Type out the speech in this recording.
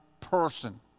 person